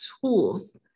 tools